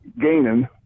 gaining